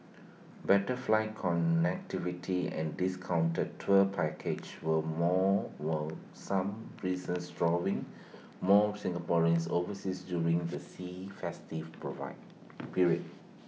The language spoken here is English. better flight connectivity and discounted tour packages were more were some reasons drawing more Singaporeans overseas during the sea festive provide period